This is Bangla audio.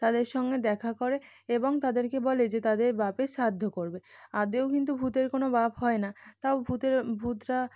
তাদের সঙ্গে দেখা করে এবং তাদেরকে বলে যে তাদের বাপের শ্রাদ্ধ করবে আদৌ কিন্তু ভূতের কোনো বাপ হয় না তাও ভূতের ভূতরা